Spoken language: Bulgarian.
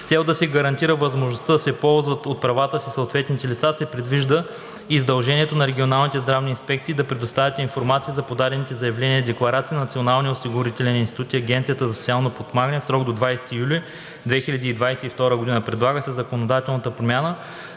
С цел да се гарантира възможността да се ползват от правата си съответните лица се предвижда и задължението на регионалните здравни инспекции да предоставят информация за подадените заявления-декларации на Националния осигурителен институт и на Агенцията за социално подпомагане в срок до 20 юли 2022 г. Предлага се законодателната промяна